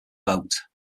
boat